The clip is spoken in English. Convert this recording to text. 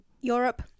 Europe